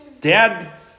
Dad